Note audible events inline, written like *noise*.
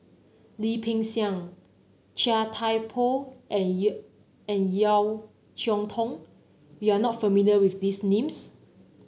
Lim Peng Siang Chia Thye Poh and *unintelligible* and Yeo Cheow Tong you are not familiar with these names